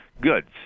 goods